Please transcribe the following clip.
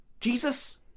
Jesus